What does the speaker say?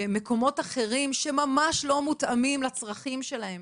במקומות אחרים שממש לא מותאמים לצרכים שלהן,